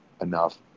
enough